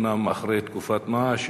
אומנם אחרי תקופת-מה.